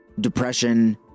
depression